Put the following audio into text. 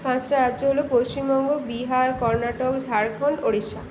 পাঁচটা রাজ্য হলো পশ্চিমবঙ্গ বিহার কর্ণাটক ঝাড়খণ্ড ওড়িষ্যা